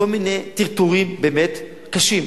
כל מיני טרטורים באמת קשים.